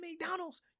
McDonald's